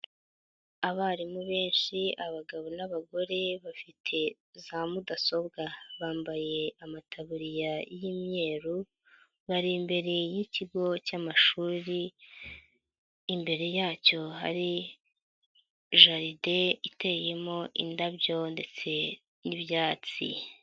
Abarimu benshi abagabo n'abagore bafite za mudasobwa. Bambaye amataburiya y'imyeru, bari imbere y'ikigo cy'amashuri, imbere yacyo hari jaride iteyemo indabyo ndetse n'ibyatsi.